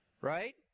right